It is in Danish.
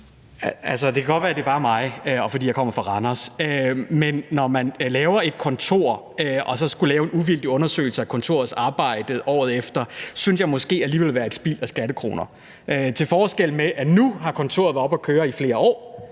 Det kan godt være, at det bare er mig, og fordi jeg kommer fra Randers, men når man laver et kontor, og så skal lave en uvildig undersøgelse af kontorets arbejde året efter, så synes jeg måske alligevel, det vil være et spild af skattekroner. Til forskel fra det har kontoret nu været oppe at køre i flere år,